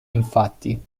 infatti